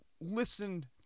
listened